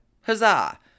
huzzah